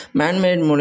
man-made